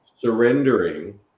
surrendering